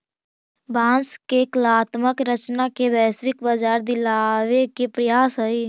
बाँस के कलात्मक रचना के वैश्विक बाजार दिलावे के प्रयास हई